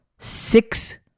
six